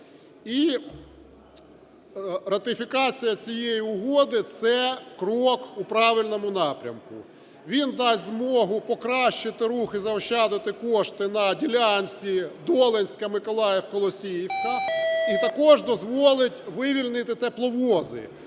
І ратифікація цієї угоди – це крок в правильному напрямку. Він дасть змогу покращити рух і заощадити кошти на ділянціДолинська – Миколаїв – Колосіївка. І також дозволить вивільнити тепловози,